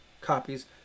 copies